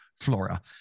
Flora